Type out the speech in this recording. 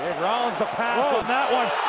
rounds the pass on that one.